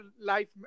life